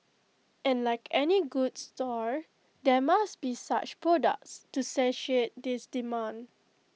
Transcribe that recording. and like any good store there must be such products to satiate this demand